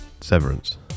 severance